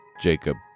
Jacob